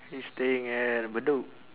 he's staying at bedok